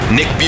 Nick